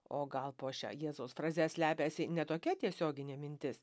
o gal po šia jėzaus fraze slepiasi ne tokia tiesioginė mintis